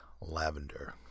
lavender